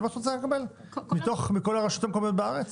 זה מה שאת רוצה לקבל מכל הרשויות בארץ?